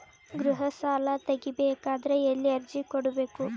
ಗೃಹ ಸಾಲಾ ತಗಿ ಬೇಕಾದರ ಎಲ್ಲಿ ಅರ್ಜಿ ಕೊಡಬೇಕು?